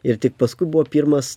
ir tik paskui buvo pirmas